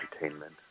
entertainment